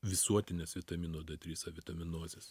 visuotinės vitamino d trys avitaminozės